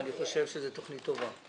ואני חושב שזאת תוכנית טובה.